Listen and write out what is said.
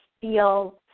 feel